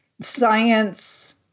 science